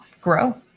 grow